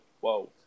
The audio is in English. whoa